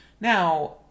Now